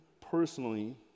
personally